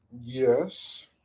yes